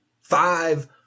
five